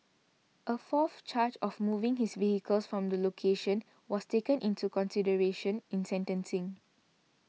a fourth charge of moving his vehicle from the location was taken into consideration in sentencing